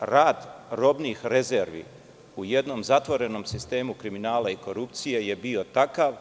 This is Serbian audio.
Rad robnih rezervi u jednom zatvorenom sistemu kriminala i korupcije je bio takav